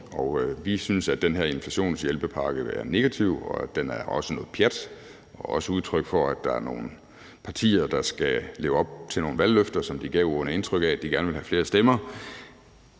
Og vi synes, at den her inflationshjælpepakke er negativ, og at den også er noget pjat. Den er også udtryk for, at der er nogle partier, der skal leve op til nogle valgløfter, som de gav for at få flere stemmer.